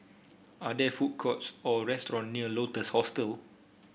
are there food courts or restaurant near Lotus Hostel